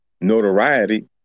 notoriety